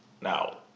Now